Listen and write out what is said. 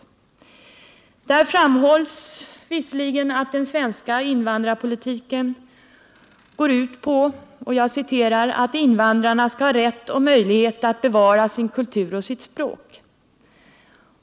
Där framhålls visserligen att den svenska invandrarpolitiken ”går ut på att invandrarna skall ha rätt och möjligheter att bevara sin kultur och sitt språk”.